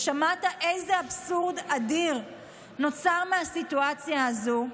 ושמעת איזה אבסורד אדיר נוצר מהסיטואציה הזו,